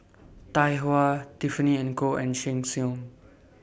Tai Hua Tiffany and Co and Sheng Siong